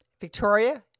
Victoria